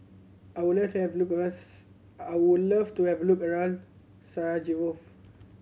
I would like to have look I would love to have look around Sarajevo